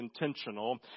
Intentional